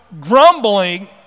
grumbling